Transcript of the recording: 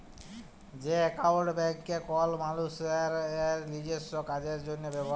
যে একাউল্ট ব্যাংকে কল মালুসের লিজস্য কাজের জ্যনহে বালাল হ্যয়